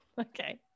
Okay